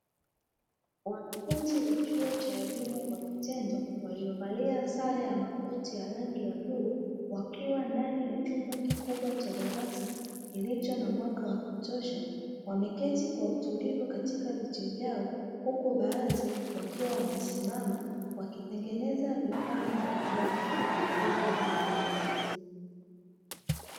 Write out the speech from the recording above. Wanafunzi wa chuo cha elimu kwa vitendo waliovalia sare ya makoti ya rangi ya blue wakiwa ndani ya chumba kikubwa cha darasa kilicho na mwanga wa kutosha ,wameketi kwa utulivu katika viti vyao huku baadhi wakiwa wamesimama wakitengeneza vifaa mbalimbali vilivyopo juu ya meza.